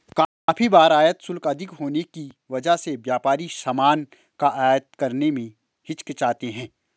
काफी बार आयात शुल्क अधिक होने की वजह से व्यापारी सामान का आयात करने में हिचकिचाते हैं